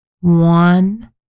one